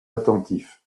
attentif